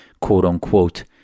quote-unquote